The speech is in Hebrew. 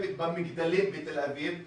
שיושבת במגדלים בתל אביב,